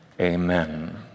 amen